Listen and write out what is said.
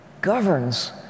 governs